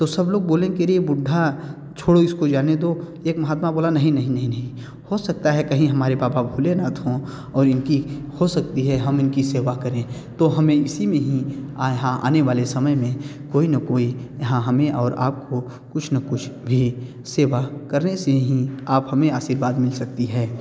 तो सब लोग बोले के अरे बुड्ढा छोड़ो इसको जाने दो एक महात्मा बोला नहीं नहीं नहीं नहीं हो सकता है कहीं हमारे बाबा भोलेनाथ हों और इनकी हो सकती है हम इनकी सेवा करें तो हमें इसी में हीं यहाँ आने वाले समय में कोई न कोई यहाँ हमें और आपको कुछ न कुछ भी सेवा करने से हीं अब हमें आशीर्वाद मिल सकती है